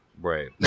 Right